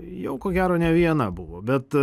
jau ko gero ne viena buvo bet